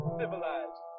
civilized